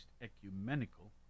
Ecumenical